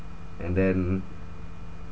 and then